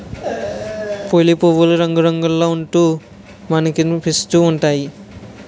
పులి పువ్వులు రంగురంగుల్లో ఉంటూ మనకనిపిస్తా ఉంటాయి